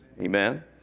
Amen